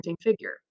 figure